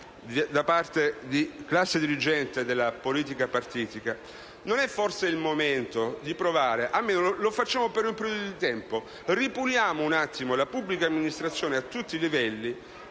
da parte della classe dirigente della politica partitica, non è forse il momento di provare? Almeno facciamolo per un periodo di tempo: ripuliamo la pubblica amministrazione a tutti i livelli